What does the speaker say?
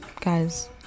guys